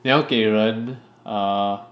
你要给人 err